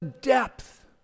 depth